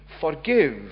forgive